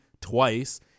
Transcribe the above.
twice